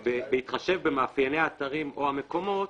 בהתחשב במאפייני האתרים או המקומות.